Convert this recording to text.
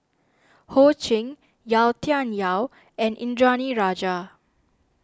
Ho Ching Yau Tian Yau and Indranee Rajah